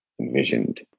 envisioned